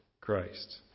Christ